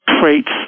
traits